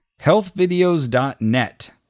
healthvideos.net